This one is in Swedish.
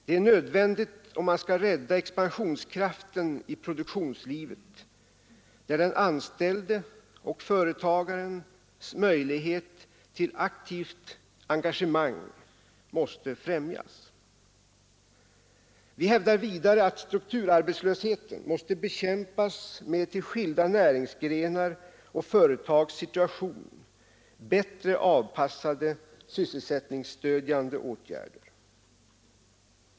Det är nödvändigt om man skall rädda expansionskraften i produktionslivet, där den anställdes och företagarens möjlighet till aktivt engagemang måste främjas. Vi hävdar vidare att strukturarbetslösheten måste bekämpas med till skilda näringsgrenars och företags situation bättre avpassade sysselsättningsstödjande åtgärder.